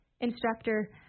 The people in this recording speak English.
instructor